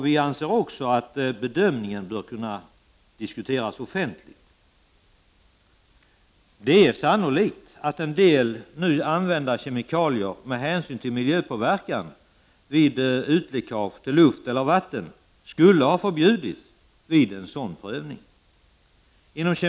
Vi anser vidare att bedömningar bör kunna diskuteras offentligt. Det är sannolikt att en del av nu använda kemikalier med tanke på miljöpåverkan vid utläckage till luft och vatten skulle ha förbjudits vid en sådan prövning.